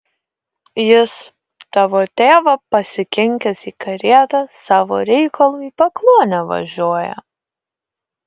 jis tavo tėvą pasikinkęs į karietą savo reikalu į pakluonę važiuoja